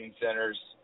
centers